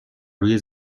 روی